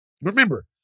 Remember